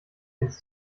ins